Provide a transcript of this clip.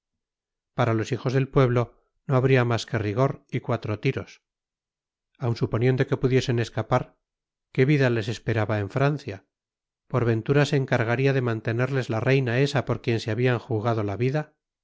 para los hijos del pueblo no habría más que rigor y cuatro tiros aun suponiendo que pudiesen escapar qué vida les esperaba en francia por ventura se encargaría de mantenerles la reina esa por quien se habían jugado la vida